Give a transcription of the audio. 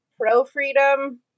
pro-freedom